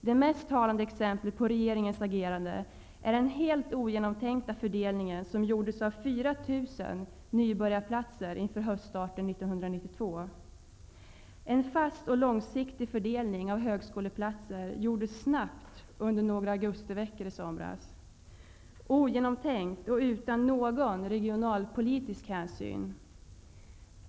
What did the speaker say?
Det mest talande exemplet på regeringens agerande är den helt ogenomtänkta fördelningen som gjordes av 4 000 nybörjarplatser inför höststarten 1992. En fast och långsiktig fördelning av högskoleplatser gjordes snabbt under några augustiveckor i somras, ogenomtänkt och utan någon regionalpolitisk hänsyn.